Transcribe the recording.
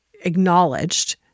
acknowledged